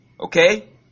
okay